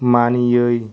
मानियै